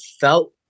felt